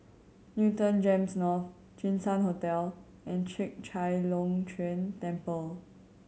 Newton GEMS North Jinshan Hotel and Chek Chai Long Chuen Temple